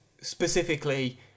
specifically